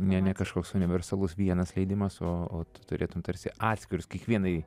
ne ne kažkoks universalus vienas leidimas o o tu turėtum tarsi atskirus kiekvienai